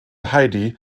heidi